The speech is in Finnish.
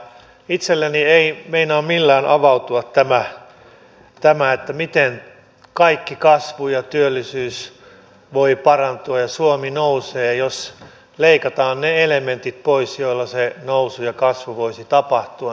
itselleni ei meinaa millään avautua tämä miten kaikki kasvu ja työllisyys voi parantua ja suomi nousee jos leikataan ne elementit pois joilla se nousu ja kasvu voisi tapahtua